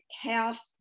half